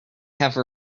have